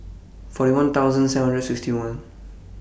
forty one thousand seven hundred and sixty one